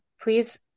please